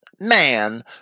man